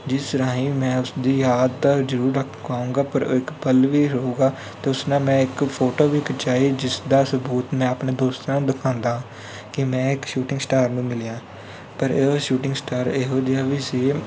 ਜਿਸ ਰਾਹੀਂ ਮੈਂ ਉਸਦੀ ਯਾਦ ਤਾਂ ਜ਼ਰੂਰ ਰੱਖ ਪਾਊਂਗਾ ਪਰ ਇੱਕ ਪਲ ਵੀ ਰਹੂਗਾ ਅਤੇ ਉਸ ਨਾਲ ਮੈਂ ਇੱਕ ਫੋਟੋ ਵੀ ਖਿਚਵਾਈ ਜਿਸਦਾ ਸਬੂਤ ਮੈਂ ਆਪਣੇ ਦੋਸਤਾਂ ਨੂੰ ਦਿਖਾਉਂਦਾ ਕਿ ਮੈਂ ਇੱਕ ਸ਼ੂਟਿੰਗ ਸਟਾਰ ਨੂੰ ਮਿਲਿਆ ਪਰ ਇਹ ਸ਼ੂਟਿੰਗ ਸਟਾਰ ਇਹੋ ਜਿਹਾ ਵੀ ਸੀ